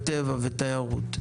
טבע ותיירות.